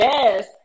Yes